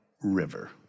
River